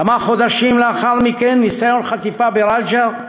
כמה חודשים לאחר מכן, ניסיון חטיפה ברג'ר,